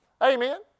Amen